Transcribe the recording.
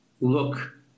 look